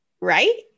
Right